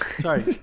Sorry